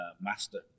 master